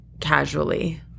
casually